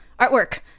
artwork